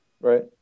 Right